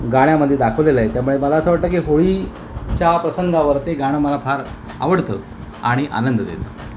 गाण्यामध्ये दाखवलेलं आहे त्यामुळे मला असं वाटतं की होळीच्या प्रसंगावर ते गाणं मला फार आवडतं आणि आनंद देतं